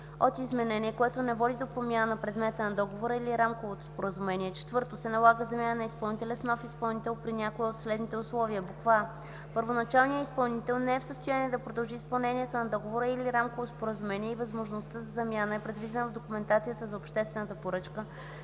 от изменение, което не води до промяна на предмета на договора или рамковото споразумение; 4. се налага замяна на изпълнителя с нов изпълнител при някое от следните условия: а) първоначалният изпълнител не е в състояние да продължи изпълнението на договора или рамково споразумение и възможността за замяна е предвидена в документацията за обществената поръчка